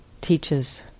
teaches